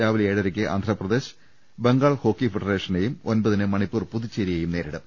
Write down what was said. രാവിലെ ഏഴരക്ക് ആന്ധ്രാപ്രദേശ് ബംഗാൾ ഹോക്കി ഫെഡറേഷനെയും ഒൻപതിന് മണിപ്പൂർ പുതുച്ചേരിയെയും നേരിടും